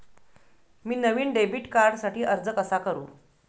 मी नवीन डेबिट कार्डसाठी अर्ज कसा करु?